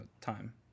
time